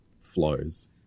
flows